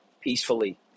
peacefully